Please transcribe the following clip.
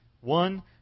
One